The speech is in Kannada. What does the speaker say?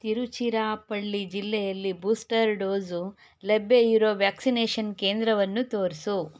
ತಿರುಚಿರಾಪಳ್ಳಿ ಜಿಲ್ಲೆಯಲ್ಲಿ ಬೂಸ್ಟರ್ ಡೋಸು ಲಭ್ಯ ಇರೋ ವ್ಯಾಕ್ಸಿನೇಷನ್ ಕೇಂದ್ರವನ್ನು ತೋರಿಸು